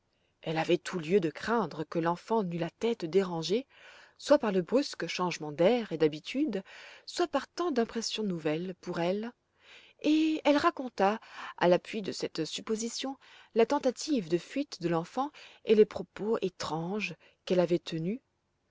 elle avait tout lieu de craindre que l'enfant n'eût eu la tête dérangée soit par le brusque changement d'air et d'habitudes soit par tant d'impressions nouvelles pour elle et elle raconta à l'appui de cette supposition la tentative de fuite de l'enfant et les propos étranges qu'elle avait tenus